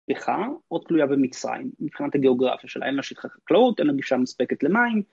נכה, עוד תלויה במצרים, מבחינת הגיאוגרפיה שלה, אין לה שטחי חקלאות, אין לה גישה מספקת למים.